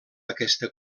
aquesta